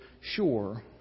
sure